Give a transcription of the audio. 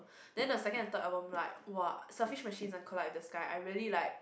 then the second and third album like [wah] selfish machines and collide the sky I really like